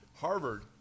Harvard